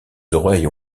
oreilles